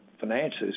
finances